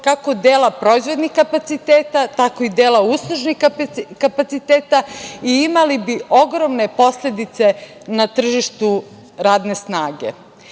kako dela proizvodnih kapaciteta tako i dela uslužnih kapaciteta i imali bi ogromne posledice na tržištu radne